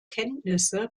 kenntnisse